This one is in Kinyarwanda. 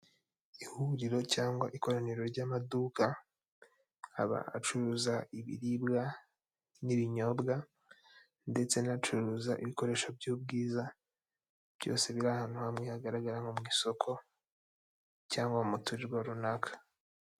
Ihuriro cyangwa ikoraniro ry'amaduka aba acuruza ibiribwa n'ibinyobwa ndetse n'acuruza ibikoresho by'ubwiza byose biri ahantu hamwe hagaragara nko mu isoko cyangwa mu muturirwa runaka.